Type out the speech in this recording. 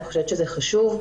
אני חושבת שזה חשוב.